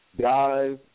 Guys